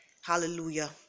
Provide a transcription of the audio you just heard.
Hallelujah